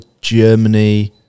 Germany